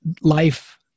life